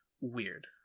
weird